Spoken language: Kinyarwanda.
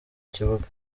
kibuga